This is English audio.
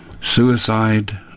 suicide